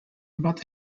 about